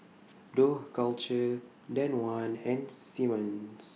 Dough Culture Danone and Simmons